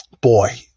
boy